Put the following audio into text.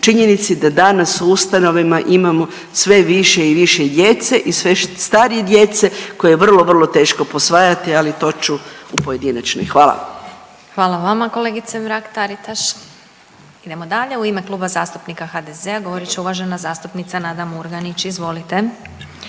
i činjenici da u ustanovama imamo sve više i više djece i sve starije djece koja je vrlo, vrlo teško posvajati, ali to ću u pojedinačnoj. Hvala. **Glasovac, Sabina (SDP)** Hvala vama kolegice Mrak-Taritaš. Idemo dalje. U ime Kluba zastupnika HDZ-a govorit će uvažena zastupnica Nada Murganić, izvolite.